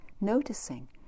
noticing